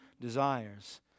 desires